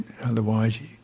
Otherwise